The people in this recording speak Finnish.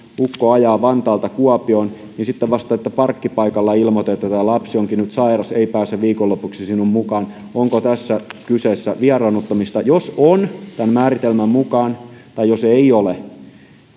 ukko ajaa vantaalta kuopioon ja sitten vasta parkkipaikalla ilmoitetaan että lapsi onkin nyt sairas ei pääse viikonlopuksi sinun mukaasi niin onko tässä kyseessä vieraannuttaminen jos on tämän määritelmän mukaan tai jos ei ole